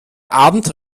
abend